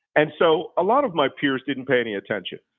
and so a lot of my peers didn't pay any attention.